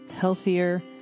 healthier